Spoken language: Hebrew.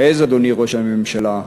תעז, אדוני ראש הממשלה,